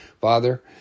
Father